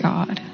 God